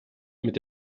mit